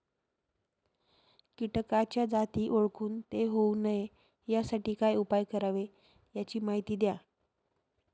किटकाच्या जाती ओळखून ते होऊ नये यासाठी काय उपाय करावे याची माहिती द्या